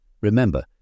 Remember